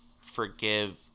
forgive